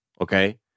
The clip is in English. Okay